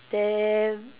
then